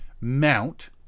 mount